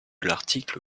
l’article